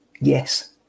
Yes